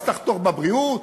תחתוך בבריאות?